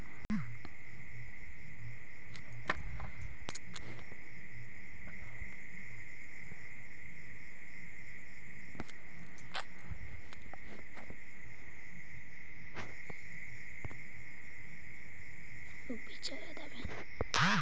सरकार फंडिंग की सेवा हर किसी को उपलब्ध करावअ हई